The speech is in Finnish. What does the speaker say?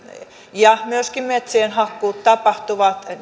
ja myöskin metsien hakkuut tapahtuvat